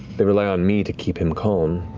they rely on me to keep him calm.